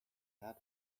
had